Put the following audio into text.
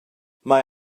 mae